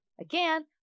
Again